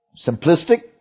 simplistic